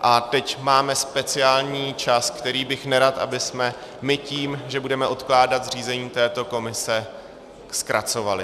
a teď máme speciální čas, který bych nerad, abychom my tím, že budeme odkládat zřízení této komise, zkracovali.